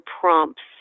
prompts